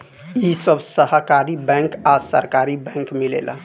इ सब सहकारी बैंक आ सरकारी बैंक मिलेला